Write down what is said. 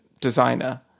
designer